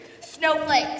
Snowflakes